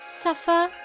suffer